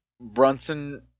Brunson